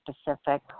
specific